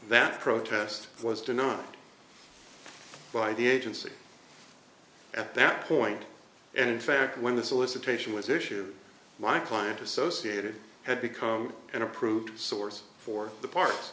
that protest was denied by the agency at that point and in fact when the solicitation was issued my client associated had become an approved source for the par